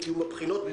הבחינות.